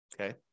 Okay